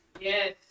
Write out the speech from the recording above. Yes